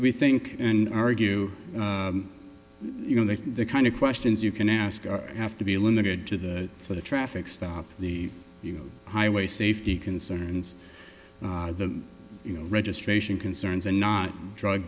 think and argue you know that the kind of questions you can ask have to be limited to the to the traffic stop the highway safety concern and the you know registration concerns and not drug